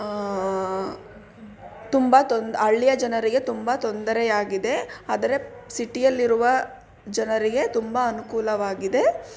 ತುಂಬ ತೊಂದ್ ಹಳ್ಳಿಯ ಜನರಿಗೆ ತುಂಬ ತೊಂದರೆಯಾಗಿದೆ ಆದರೆ ಸಿಟಿಯಲ್ಲಿರುವ ಜನರಿಗೆ ತುಂಬ ಅನುಕೂಲವಾಗಿದೆ